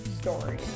story